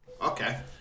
Okay